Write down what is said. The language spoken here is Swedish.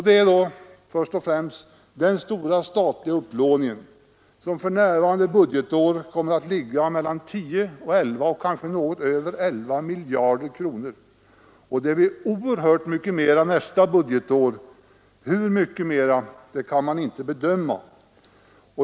Det gäller först den stora statliga upplåningen, som för innevarande budgetår kommer att ligga på 10—11 miljarder kronor — kanske t.o.m. över 11 miljarder kronor — och åtskilligt högre för nästa budgetår, hur mycket kan inte nu bedömas.